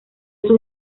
sus